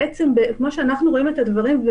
כמו שאנחנו רואים את הדברים,